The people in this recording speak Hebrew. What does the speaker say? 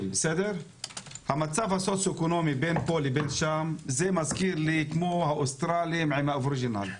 המצב הסוציואקונומי בין פה לשם מזכיר לי את האוסטרלים עם האבורג'ינים.